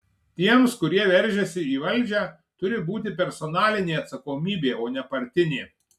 tiems kurie veržiasi į valdžią turi būti personalinė atsakomybė o ne partinė